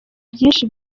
byinshi